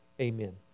Amen